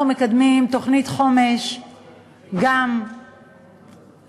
אנחנו מקדמים תוכנית חומש גם לחברה